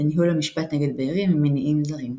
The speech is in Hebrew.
בניהול המשפט נגד בארי ממניעים זרים.